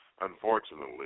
Unfortunately